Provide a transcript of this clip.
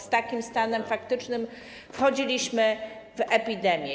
Z takim stanem faktycznym wchodziliśmy w epidemię.